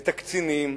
את הקצינים,